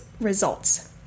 results